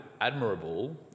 admirable